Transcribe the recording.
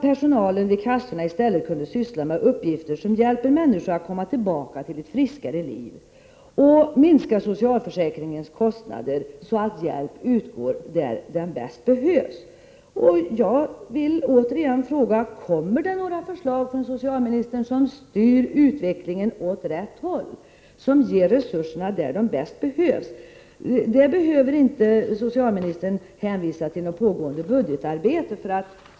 Personalen vid kassorna skulle då i stället kunna arbeta med sådant som hjälper människor att komma tillbaka till ett friskare liv, och socialförsäkringskostnaderna skulle minska, så att hjälp kan utgå där den bäst behövs. Jag vill återigen fråga: Kommer det några förslag från socialministern som kommer att styra utvecklingen åt rätt håll och som innebär att resurserna ges där de bäst behövs? För att svara på detta behöver inte socialministern hänvisa till något pågående budgetarbete.